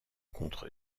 contre